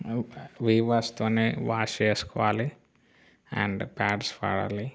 వివాష్తోనే wash చేసుకోవాలి and pads వాడాలి